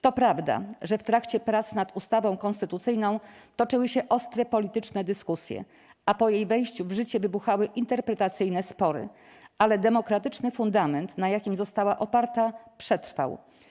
To prawda, że w trakcie prac nad ustawą konstytucyjną toczyły się ostre polityczne dyskusje, a po jej wejściu w życie wybuchały interpretacyjne spory, ale demokratyczny fundament, na jakim została oparta, przetrwał.